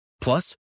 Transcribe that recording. Plus